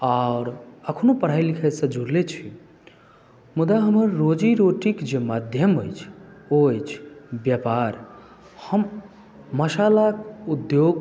आओर अखनहुँ पढाई लिखाइसँ जुड़ले छी मुदा हमर रोजी रोटीके जे माध्यम अछि ओ अछि व्यापार हम माशाला उद्योग